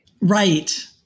Right